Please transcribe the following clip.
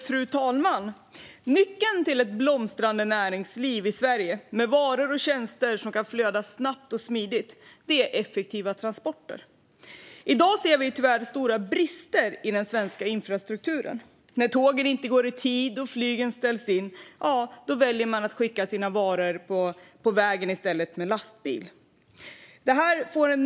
Fru talman! Nyckeln till ett blomstrande näringsliv i Sverige med varor och tjänster som kan flöda snabbt och smidigt är effektiva transporter. I dag ser vi tyvärr stora brister i den svenska infrastrukturen. När tågen inte går i tid och flygen ställs in väljer man att skicka sina varor med lastbil i stället.